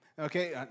Okay